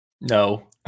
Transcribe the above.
No